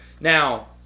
now